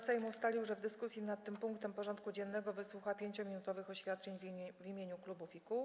Sejm ustalił, że w dyskusji nad tym punktem porządku dziennego wysłucha 5-minutowych oświadczeń w imieniu klubów i kół.